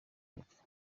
y’epfo